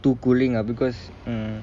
too cooling ah because mm